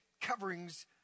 coverings